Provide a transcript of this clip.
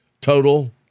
total